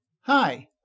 Hi